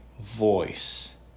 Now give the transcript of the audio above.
voice